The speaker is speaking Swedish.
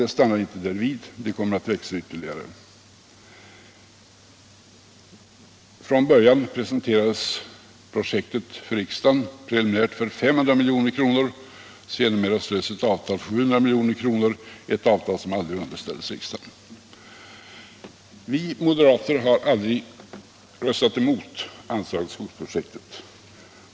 Det stannar inte vid detta utan kostnaderna Internationellt utvecklingssamar kommer att växa ytterligare. När projektet först presenterades för riksdagen angavs kostnaden preliminärt till 500 milj.kr. Sedermera slöts ett avtal som gällde 720 milj.kr., ett avtal som aldrig underställts riksdagen. Vi moderater har aldrig röstat emot anslaget till skogsprojektet.